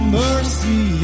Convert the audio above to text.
mercy